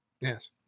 yes